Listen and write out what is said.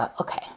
Okay